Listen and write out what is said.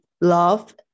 love